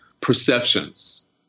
perceptions